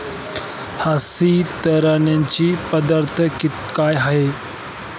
हस्तांतरणाच्या पद्धती काय आहेत?